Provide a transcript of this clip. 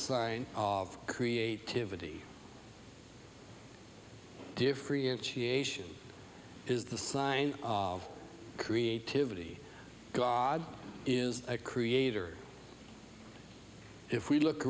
sign of creativity differentiation is the sign of creativity god is a creator if we look